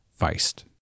Feist